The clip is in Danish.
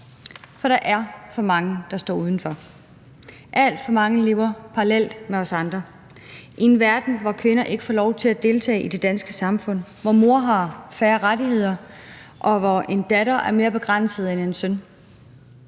For der er for mange, der står udenfor. Alt for mange lever i parallelsamfund i en verden, hvor kvinder ikke får lov til at deltage i det danske samfund, hvor mor har færre rettigheder, og hvor en datter er mere begrænset end en søn.